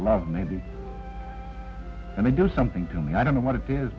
love maybe and they do something to me i don't know what it is